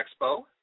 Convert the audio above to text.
expo